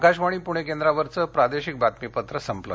आकाशवाणी पणे केंद्रावरचं प्रादेशिक बातमीपत्र संपलं